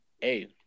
hey